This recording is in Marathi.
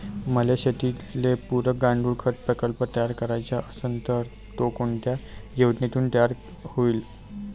मले शेतीले पुरक गांडूळखत प्रकल्प तयार करायचा असन तर तो कोनच्या योजनेतून तयार होईन?